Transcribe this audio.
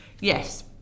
Yes